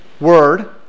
word